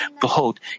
Behold